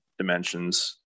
Dimensions